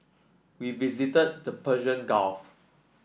we visited the Persian Gulf